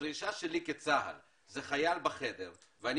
הדרישה שלי כצה"ל היא חייל בחדר ואני